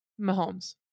Mahomes